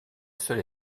seule